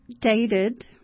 dated